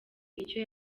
icyo